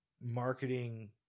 marketing